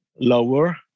lower